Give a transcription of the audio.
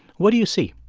what do you see?